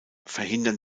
verhindern